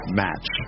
match